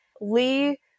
Lee